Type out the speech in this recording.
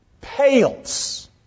pales